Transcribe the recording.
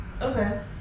Okay